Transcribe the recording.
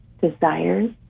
desires